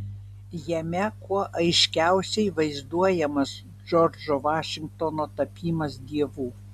jame kuo aiškiausiai vaizduojamas džordžo vašingtono tapimas dievu